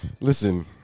Listen